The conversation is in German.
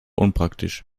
unpraktisch